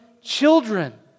children